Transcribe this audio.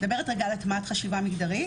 את מדברת על הטמעת חשיבה מגדרית?